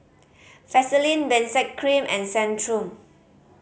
Vaselin Benzac Cream and Centrum